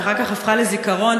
שאחר כך הפכה לזיכרון,